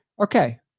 Okay